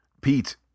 pete